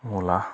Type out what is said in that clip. मुला